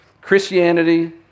Christianity